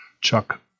chuck